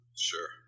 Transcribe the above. sure